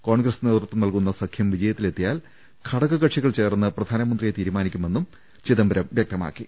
കോൺഗ്രസ് നേതൃത്വം നൽകുന്ന സഖ്യം വിജയത്തിലെത്തിയാൽ ഘടക കക്ഷികൾ ചേർന്ന് പ്രധാനമന്ത്രിയെ തീരുമാനിക്കുമെന്നും ചിദംബരം വ്യക്തമാക്കി